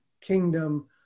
kingdom